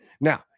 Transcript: Now